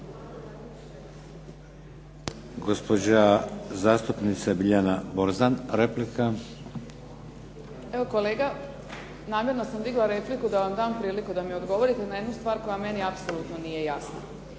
Gospođa zastupnica Biljana Borzan, replika. **Borzan, Biljana (SDP)** Kolega, namjerno sam digla repliku da vam dam priliku da mi odgovorite na jednu stvar koja meni apsolutno nije jasna.